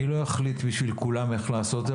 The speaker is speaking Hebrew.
אני לא אחליט בשביל כולם איך לעשות את זה,